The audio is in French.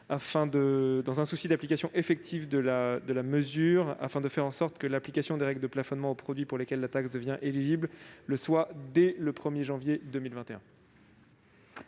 et faire en sorte que l'application des règles de plafonnement aux produits pour lesquels la taxe devient éligible le soit dès le 1 janvier 2021.